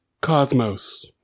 cosmos